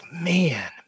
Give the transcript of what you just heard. man